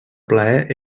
plaer